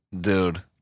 dude